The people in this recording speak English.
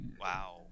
wow